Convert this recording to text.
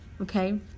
Okay